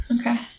Okay